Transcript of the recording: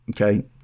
Okay